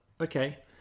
okay